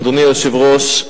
אדוני היושב-ראש,